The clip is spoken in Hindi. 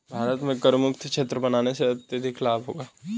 भारत को करमुक्त क्षेत्र बनाने से अत्यधिक लाभ होगा